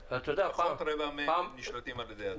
לפחות רבע מהם נשלטים על ידי הדואר.